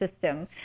system